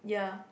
yeah